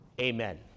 Amen